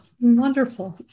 wonderful